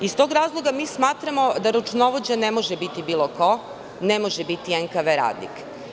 Iz tog razloga, mi smatramo da računovođa ne može biti bilo ko, ne može biti NKV radnik.